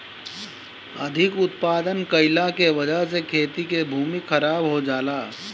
अधिक उत्पादन कइला के वजह से खेती के भूमि खराब हो जाला